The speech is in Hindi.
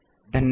धन्यवाद